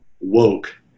woke